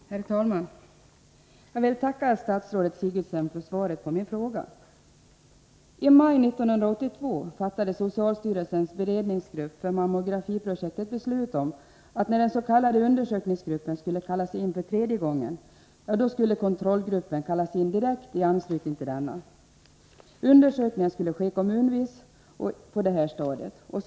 Herr talman! Jag vill tacka statsrådet Sigurdsen för svaret på min fråga. I maj 1982 fattade socialstyrelsens beredningsgrupp för mammografiprojektet ett beslut om att kontrollgruppen skulle kallas in i direkt anslutning till att den s.k. undersökningsgruppen kallades in för tredje gången. Undersökningen skulle på det här stadiet ske kommunvis.